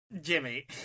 Jimmy